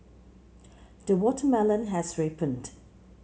the watermelon has ripened